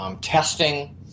testing